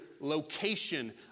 location